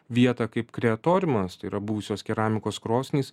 vietą kaip kreatoriumas tai yra buvusios keramikos krosnys